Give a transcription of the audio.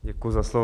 Děkuju za slovo.